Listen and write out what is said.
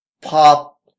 pop